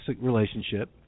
relationship